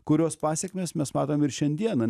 kurios pasekmes mes matom ir šiandieną